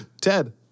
Ted